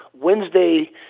Wednesday